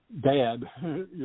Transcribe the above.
dad